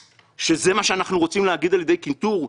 שזה מה שאנחנו רוצים להגיד על ידי קנטור?